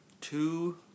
two